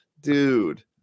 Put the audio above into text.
Dude